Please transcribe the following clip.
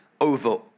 over